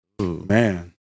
Man